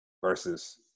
versus